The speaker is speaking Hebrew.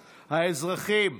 האזרחים,